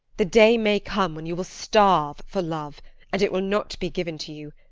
the day may come when you will starve for love and it will not be given to you,